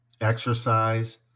exercise